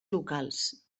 locals